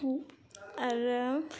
आरो